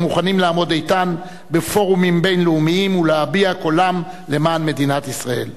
המוכנים לעמוד איתן בפורומים בין-לאומיים ולהביע קולם למען מדינת ישראל.